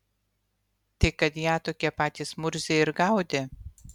tai kad ją tokie patys murziai ir gaudė